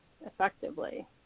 effectively